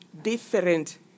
different